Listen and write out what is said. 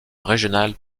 régionale